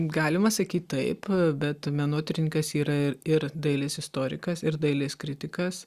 galima sakyt taip bet menotyrininkas yra ir ir dailės istorikas ir dailės kritikas